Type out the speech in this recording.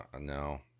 No